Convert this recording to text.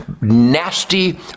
nasty